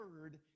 heard